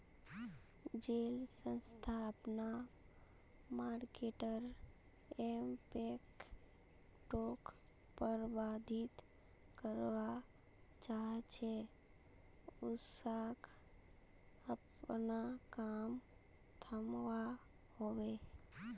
जेल संस्था अपना मर्केटर इम्पैक्टोक प्रबधित करवा चाह्चे उसाक अपना काम थम्वा होबे